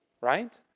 right